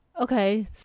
Okay